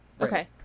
Okay